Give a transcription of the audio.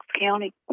County